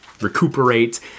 recuperate